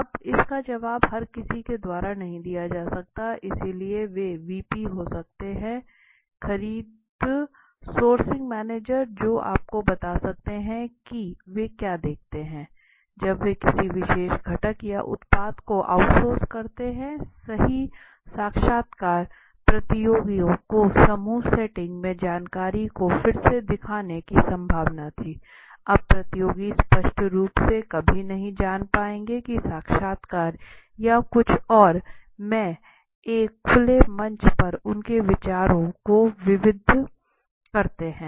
अब इसका जवाब हर किसी के द्वारा नहीं दिया जा सकता है इसलिए वे वीपी हो सकते हैं खरीद सोर्सिंग मैनेजर जो आपको बता सकता है कि वे क्या देखते हैं जब वे किसी विशेष घटक या उत्पाद को आउटसोर्स करते हैं सही साक्षात्कार प्रतियोगियों को समूह सेटिंग में जानकारी को फिर से दिखाने की संभावना थी अब प्रतियोगी स्पष्ट रूप से कभी नहीं जान पाएंगे कि साक्षात्कार या कुछ और में एक खुले मंच पर उनके विचारों को विविध करते हैं